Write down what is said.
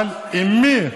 אבל עם מי?